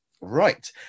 Right